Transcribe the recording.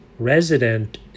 Resident